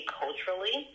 culturally